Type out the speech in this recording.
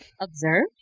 Observe